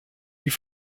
you